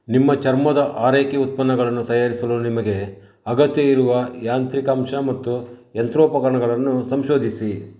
ನಿಮ್ಮ ಚರ್ಮದ ಆರೈಕೆ ಉತ್ಪನ್ನಗಳನ್ನು ತಯಾರಿಸಲು ನಿಮಗೆ ಅಗತ್ಯವಿರುವ ಯಾಂತ್ರಿಕಾಂಶ ಮತ್ತು ಯಂತ್ರೋಪಕರಣಗಳನ್ನು ಸಂಶೋಧಿಸಿ